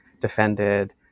defended